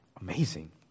amazing